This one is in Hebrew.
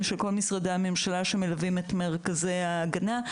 של כל משרדי הממשלה שמלווים את מרכזי ההגנה.